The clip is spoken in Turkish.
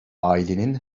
ailenin